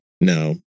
no